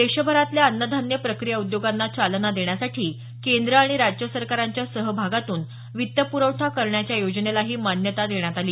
देशभरातल्या अन्नधान्य प्रक्रिया उद्योगांना चालना देण्यासाठी केंद्र आणि राज्य सरकारांच्या सहभागातून वित्त प्रवठा करण्याच्या योजनेलाही मान्यता देण्यात आली